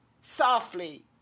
softly